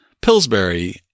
Pillsbury